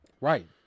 Right